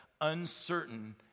uncertain